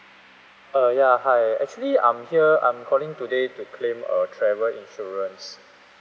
uh ya hi actually I'm here I'm calling today to claim a travel insurance